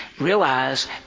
realize